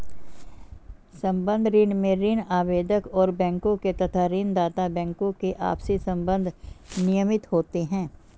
संबद्ध ऋण में ऋण आवेदक और बैंकों के तथा ऋण दाता बैंकों के आपसी संबंध नियमित होते हैं